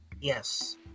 Yes